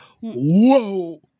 whoa